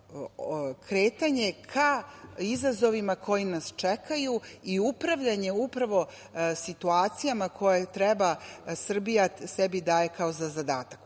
kretanje ka izazovima koji nas čekaju i upravljanje upravo situacijama koje Srbija treba sebi da daje kao zadatak. Ukoliko